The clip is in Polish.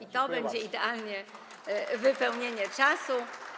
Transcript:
I to będzie idealne wypełnienie czasu.